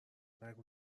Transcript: نگو